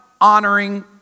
honoring